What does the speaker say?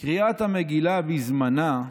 "קריאת המגילה בזמנה,